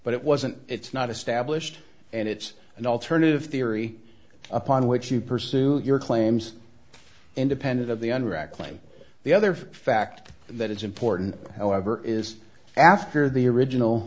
but it wasn't it's not established and it's an alternative theory upon which you pursue your claims independent of the enron claim the other fact that it's important however is after the original